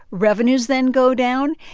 revenues then go down,